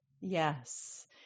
Yes